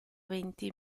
venti